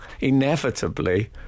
inevitably